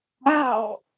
Wow